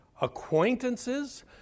acquaintances